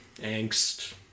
angst